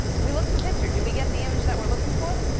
we look at the picture. did we get the images that we're looking for,